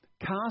Cast